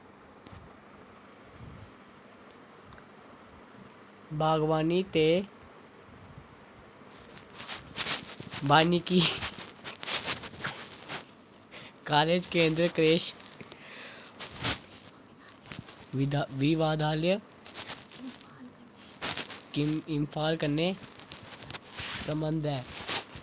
बागवानी ते वानिकी कालज केंद्री क्रिशी विश्वविद्यालय इंफाल कन्नै संबद्ध ऐ